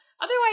Otherwise